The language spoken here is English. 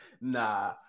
Nah